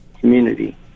community